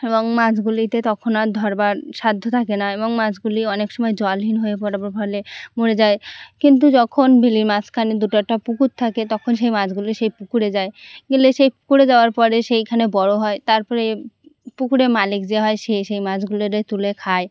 এবং মাছগুলিতে তখন আর ধরবার সাধ্য থাকে না এবং মাছগুলি অনেক সময় জলহীন হয়ে পড়ার ফলে মরে যায় কিন্তু যখন বিলের মাঝখানে দুটো একটা পুকুর থাকে তখন সেই মাছগুলি সেই পুকুরে যায় গেলে সেই পুকুরে যাওয়ার পরে সেইখানে বড় হয় তার পরে পুকুরে মালিক যে হয় সে সেই মাছগুলোরে তুলে খায়